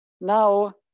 now